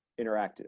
interactive